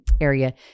area